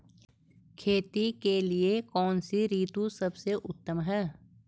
खेती के लिए कौन सी ऋतु सबसे उत्तम है?